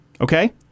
Okay